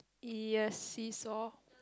yes seesaw